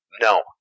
No